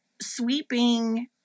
sweeping